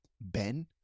Ben